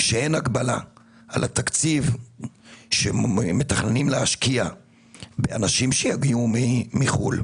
על התקציב שמתכננים להשקיע באנשים שיגיעו מחו"ל,